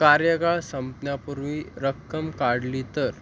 कार्यकाळ संपण्यापूर्वी रक्कम काढली तर